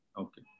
Okay